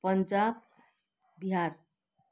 Punjab Bihar